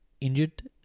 injured